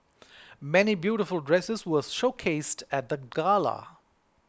many beautiful dresses were showcased at the gala